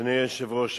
אדוני היושב-ראש,